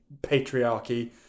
patriarchy